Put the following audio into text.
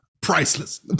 Priceless